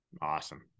awesome